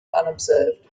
unobserved